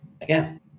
again